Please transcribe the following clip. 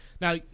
Now